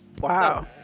wow